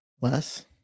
less